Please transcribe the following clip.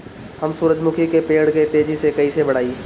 हम सुरुजमुखी के पेड़ के तेजी से कईसे बढ़ाई?